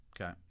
Okay